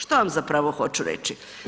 Što vam zapravo hoću reći?